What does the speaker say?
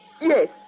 Yes